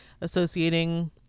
associating